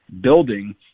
building